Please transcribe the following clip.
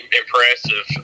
impressive